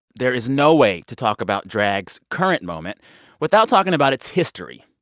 there is no way to talk about drag's current moment without talking about its history.